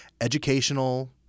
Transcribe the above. educational